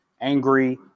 angry